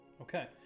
Okay